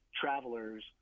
travelers